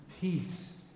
peace